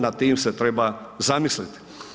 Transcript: Nad tim se treba zamislit.